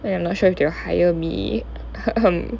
then I'm not sure if they will hire me